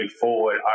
forward